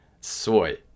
soy